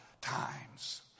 times